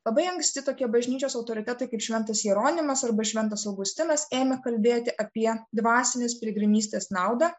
labai anksti tokie bažnyčios autoritetai kaip šventas jeronimas arba šventas augustinas ėmė kalbėti apie dvasinės piligrimystės naudą